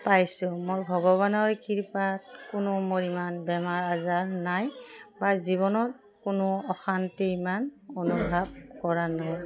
পাইছোঁ মোৰ ভগৱানৰ কৃপাত কোনো মোৰ ইমান বেমাৰ আজাৰ নাই বা জীৱনত কোনো অশান্তি ইমান অনুভৱ কৰা নাই